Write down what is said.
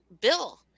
bill